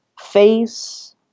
face